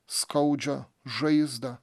skaudžią žaizdą